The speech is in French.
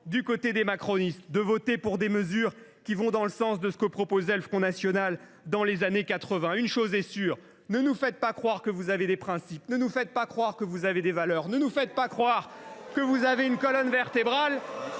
du côté des macronistes, de voter pour des mesures allant dans le sens de ce que proposait le Front national dans les années 1980 ? Une chose est sûre : ne nous faites pas croire que vous avez des principes, que vous avez des valeurs,… Vous non plus !… que vous avez une colonne vertébrale.